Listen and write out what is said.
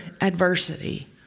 adversity